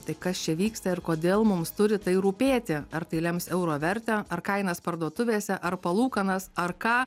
tai kas čia vyksta ir kodėl mums turi tai rūpėti ar tai lems euro vertę ar kainas parduotuvėse ar palūkanas ar ką